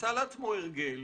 עשה לעצמו הרגל